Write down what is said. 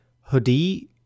hoodie